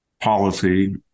policy